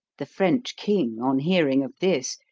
the french king, on hearing of this,